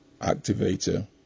Activator